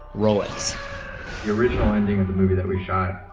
roll it the original ending of the movie that we shot,